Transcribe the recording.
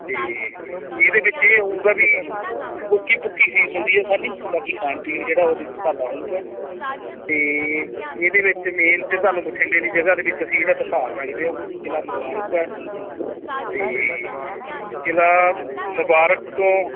ਅਤੇ ਇਹਦੇ ਵਿੱਚ ਇਹ ਹੋਊਗਾ ਵੀ ਉੱਕੀ ਪੁੱਕੀ ਫੀਸ ਹੁੰਦੀ ਹੈ ਸਾਡੀ ਬਾਕੀ ਖਾਣ ਪੀਣ ਜਿਹੜਾ ਉਹਦੇ 'ਚ ਤੁਹਾਡਾ ਹੋਊਗਾ ਅਤੇ ਇਹਦੇ ਵਿੱਚ ਮੇਨ ਤਾਂ ਤੁਹਾਨੂੰ ਬਠਿੰਡੇ ਦੀ ਜਗ੍ਹਾ ਦੇ ਵਿੱਚ ਅਸੀਂ ਜਿਹੜਾ ਦਿਖਾ ਸਕਦੇ ਉਹ ਕਿਲ੍ਹਾ ਮੁਬਾਰਕ ਹੈ ਅਤੇ ਕਿਲ੍ਹਾ ਮੁਬਾਰਕ ਤੋਂ